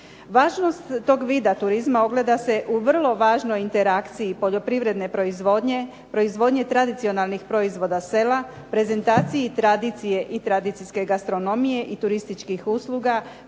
Važnost tog vida turizma ogleda se u vrlo važnoj interakciji poljoprivredne proizvodnje, proizvodnje tradicionalnih proizvoda sela, prezentaciji tradicije i tradicijske gastronomije i turističkih usluga,